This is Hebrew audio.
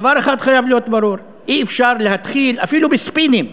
דבר אחד חייב להיות ברור: אפילו בספינים,